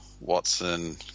Watson